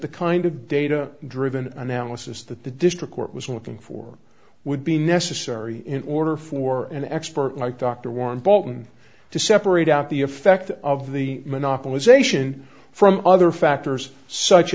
the kind of data driven analysis that the district court was looking for would be necessary in order for an expert like dr warren bolton to separate out the effect of the monopolization from other factors such